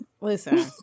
Listen